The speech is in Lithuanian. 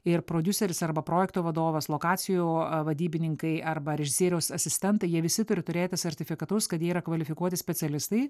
ir prodiuseris arba projekto vadovas lokacijų a vadybininkai arba režisieriaus asistentai jie visi turi turėti sertifikatus kad jie yra kvalifikuoti specialistai